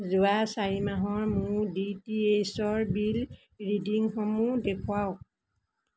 যোৱা চাৰি মাহৰ মোৰ ডি টি এইচ ৰ বিল ৰিডিংসমূহ দেখুৱাওক